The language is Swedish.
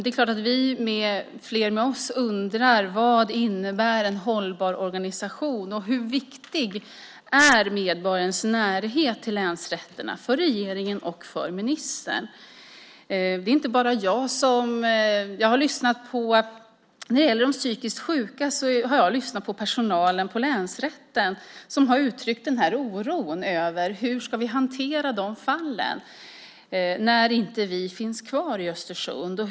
Det är klart att vi och flera med oss undrar vad en hållbar organisation innebär och hur viktig medborgarens närhet till länsrätterna är för regeringen och för ministern. När det gäller de psykiskt sjuka har jag lyssnat på personalen på länsrätten som har uttryckt oro över hur de ska hantera de här fallen när de inte finns kvar i Östersund.